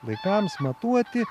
laikams matuoti